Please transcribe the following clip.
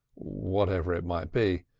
whatever it might be.